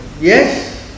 Yes